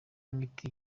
imiti